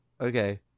okay